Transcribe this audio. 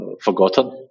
forgotten